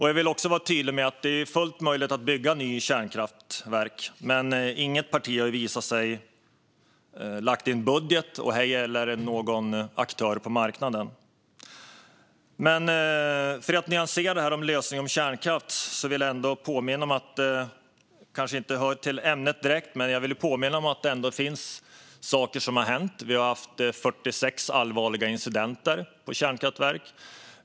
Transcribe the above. Jag vill också vara tydlig med att det är fullt möjligt att bygga nya kärnkraftverk, men inget parti har lagt det i en budget, ej heller någon aktör på marknaden. Men för att nyansera detta med lösningen med kärnkraft vill jag påminna om något som kanske inte direkt hör till ämnet. Jag vill påminna om att det har hänt saker. Vi har haft 46 allvarliga incidenter i kärnkraftverk.